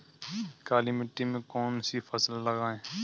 काली मिट्टी में कौन सी फसल लगाएँ?